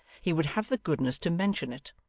he would have the goodness to mention it.